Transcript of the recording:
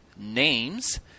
Names